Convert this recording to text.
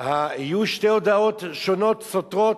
יהיו שתי הודעות שונות, סותרות.